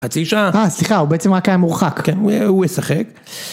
חצי שעה. אה, סליחה הוא בעצם רק היה מורחק. כן הוא ישחק.